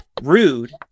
rude